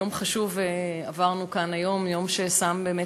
יום חשוב עברנו כאן היום, יום ששם, באמת,